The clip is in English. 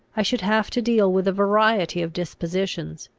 i should have to deal with a variety of dispositions,